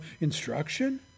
instruction